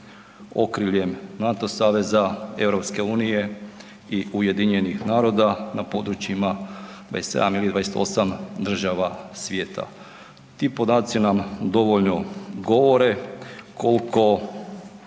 okriljem NATO saveza, EU i UN-a na područjima 27 ili 28 država svijeta. Ti podaci nam dovoljno govore koliko